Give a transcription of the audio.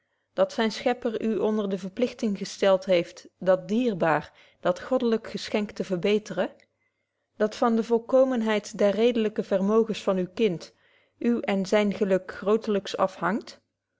dat zyne schepper u onder de verpligting gestelt heeft dat dierbaar dat goddelyk geschenk te verbeteren dat van de volkomenheid der redelyke vermogens van uw kind uw en zyn geluk grootelyks afhangt